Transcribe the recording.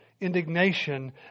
indignation